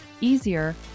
easier